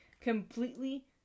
completely